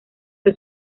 que